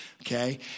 okay